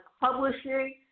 publishing